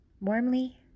Warmly